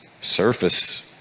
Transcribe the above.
surface